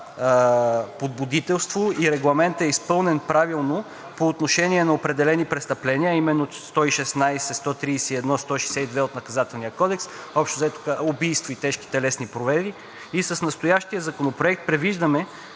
подбудителство и Регламентът е изпълнен правилно по отношение на определени престъпления, а именно членове 116, 131 и 162 от Наказателния кодекс – убийства и тежки телесни повреди. С настоящия законопроект предвиждаме